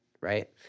right